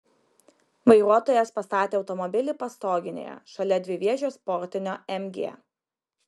vairuotojas pastatė automobilį pastoginėje šalia dviviečio sportinio mg